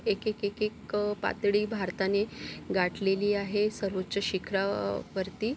एक एक एक एक पातळी भारताने गाठलेली आहे सर्वोच्च शिखरा वरती